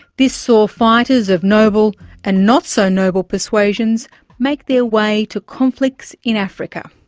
this saw fighters of noble and not so noble persuasions make their way to conflicts in africa.